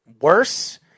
worse